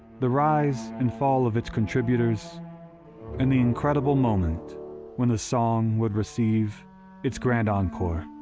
the rise and fall of its contributors and the incredible moment when the song would receive its grand encore.